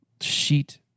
sheet